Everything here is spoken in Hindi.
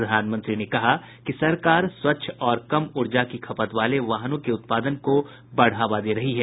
प्रधानमंत्री ने कहा कि सरकार स्वच्छ और कम ऊर्जा की खपत वाले वाहनों के उत्पादन को बढ़ावा दे रही है